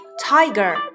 Tiger